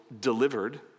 delivered